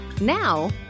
Now